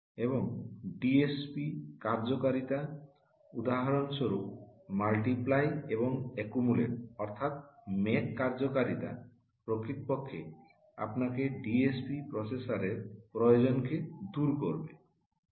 এবং ডিএসপি কার্যকারিতা উদাহরণ স্বরূপ মাল্টিপ্লাই এবং একুমুলেট অর্থাৎ ম্যাক কার্যকারিতা প্রকৃতপক্ষে আপনাকে ডিএসপি প্রসেসরের প্রয়োজনকে দূর করবে